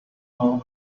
know